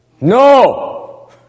No